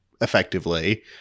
effectively